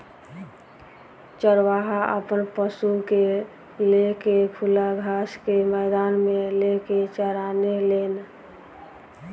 चरवाहा आपन पशु के ले के खुला घास के मैदान मे लेके चराने लेन